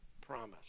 promise